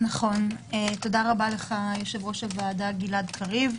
תודה רבה, יושב-ראש הוועדה גלעד קריב.